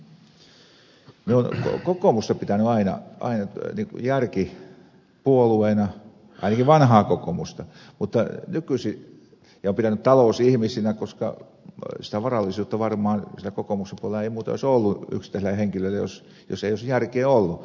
minä olen kokoomusta pitänyt aina järkipuolueena ainakin vanhaa kokoomusta ja olen pitänyt talousihmisinä koska sitä varallisuutta varmaan siellä kokoomuksen puolella ei muuten olisi ollut yksittäisillä henkilöillä jos ei olisi järkeä ollut